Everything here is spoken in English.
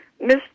Miss